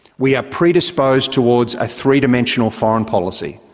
we are predisposed towards a three-dimensional foreign policy.